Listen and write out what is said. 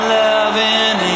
loving